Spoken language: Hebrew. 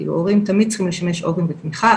כאילו הורים תמיד צריכים לשמש עוגן ותמיכה,